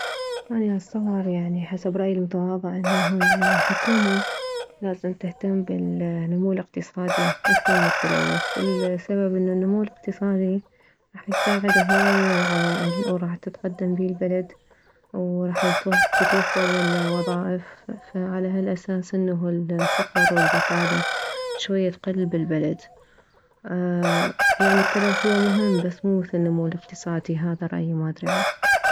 اني اتصور يعني حسب رأيي المتواضع انه الحكومة لازم تهتم بالنمو الاقتصادي اكثر من التلوث السبب انه النمو الاقتصادي راح يساعد هواي عوائل وراح تتقدم بيه البلد وراح تتوفر الوظائف فعلى هالاساس انه الفقر والبطالة شوية تقل بالبلد يعني التلوث هو مهم بس مو مثل النمو الاقتصادي ما ادري عاد